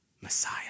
Messiah